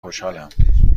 خوشحالم